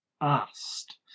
asked